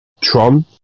Tron